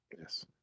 Yes